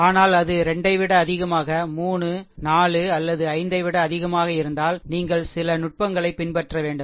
ஆனால் அது 2 ஐ விட அதிகமாக 3 4 அல்லது 5 ஐ விட அதிகமாக இருந்தால் நீங்கள் சில நுட்பங்களைப் பின்பற்ற வேண்டும்